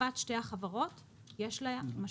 להוספת שתי החברות יש משמעות.